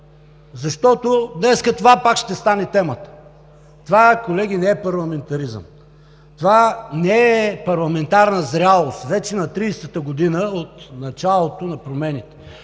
Защото днес това пак ще стане темата. Колеги, това не е парламентаризъм, това не е парламентарна зрялост – вече на тридесетата година от началото на промените.